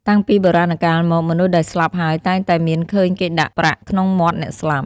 តាំងពីបុរាណកាលមក មនុស្សដែលស្លាប់ហើយតែងតែមានឃើញគេដាក់ប្រាក់ក្នុងមាត់អ្នកស្លាប់ ។